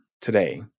today